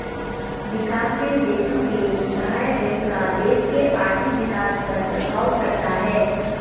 विकासशील देशों के बाह्य ऋण का देश के आर्थिक विकास पर प्रभाव पड़ता है